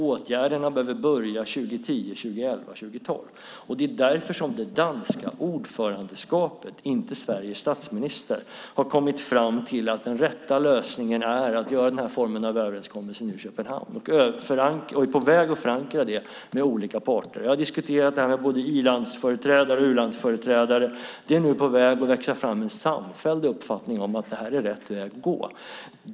Åtgärderna behöver börja 2010-2011-2012. Det är därför det danska ordförandeskapet, inte Sveriges statsminister, har kommit fram till att den rätta lösningen är att ingå den här formen av överenskommelser nu i Köpenhamn. Man är på väg att förankra det med olika parter. Jag har diskuterat detta med både i-landsföreträdare och u-landsföreträdare. Det är nu på väg att växa fram en samfälld uppfattning om att detta är rätt väg att gå.